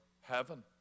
heaven